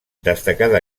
destacada